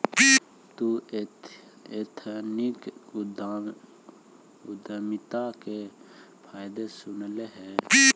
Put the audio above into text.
तु एथनिक उद्यमिता के फायदे सुनले हे?